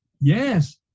Yes